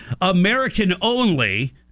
American-only